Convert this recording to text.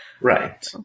right